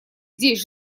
здесь